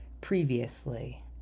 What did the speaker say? previously